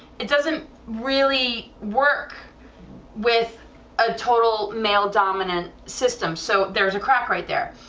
it doesn't really work with a total male dominant system, so there's a crack right there,